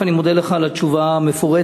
אני מודה לך על התשובה המפורטת,